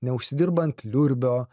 neužsidirbant liurbio